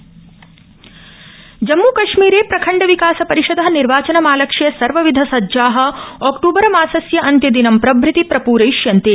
जम्मूकश्मीरे निर्वाचनम् जम्मुकश्मीरे प्रखण्ड विकास परिषद निर्वाचनमालक्ष्य सर्वाविध सज्जा आक्तूबर मासस्य अन्त्यदिनं प्रभृति प्रप्रयिष्यन्ते